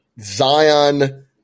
Zion